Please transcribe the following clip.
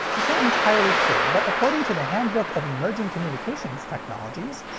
it's not entirely clear, but according to the handbook of emerging communications technologies,